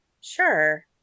Sure